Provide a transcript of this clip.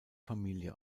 familie